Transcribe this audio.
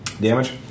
damage